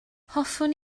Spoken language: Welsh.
hoffwn